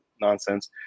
nonsense